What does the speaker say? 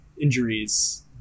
injuries –